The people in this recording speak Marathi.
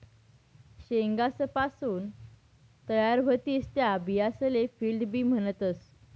शेंगासपासून तयार व्हतीस त्या बियासले फील्ड बी म्हणतस